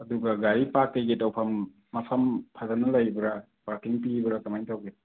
ꯑꯗꯨꯒ ꯒꯥꯔꯤ ꯄꯥꯛ ꯀꯩꯀꯩ ꯇꯧꯐꯝ ꯃꯐꯝ ꯐꯖꯅ ꯂꯩꯕ꯭ꯔꯥ ꯄꯥꯔꯀꯤꯡ ꯄꯤꯕ꯭ꯔꯥ ꯀꯃꯥꯏꯅ ꯇꯧꯒꯦ